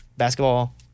Basketball